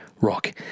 rock